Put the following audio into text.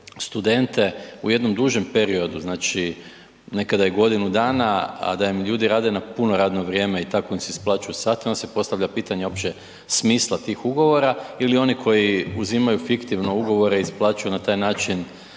u jednom dužem periodu, znači nekada i godinu dana, a da im ljudi rade na puno radno vrijeme i tako im se isplaćuju satovi, onda se postavlja pitanje uopće smisla tih ugovora ili oni koji uzimaju fiktivno ugovore i isplaćuju na taj način